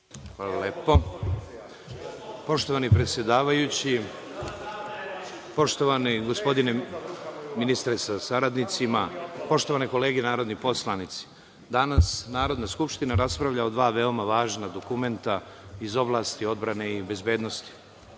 Hvala lepo. Poštovani predsedavajući, poštovani gospodine ministre sa saradnicima, poštovane kolege narodni poslanici, danas Narodna skupština raspravlja o dva veoma važna dokumenta iz oblasti odbrane i bezbednosti.